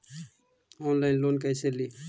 Online loan कैसे ली?